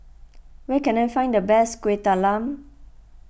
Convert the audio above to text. where can I find the best Kuih Talam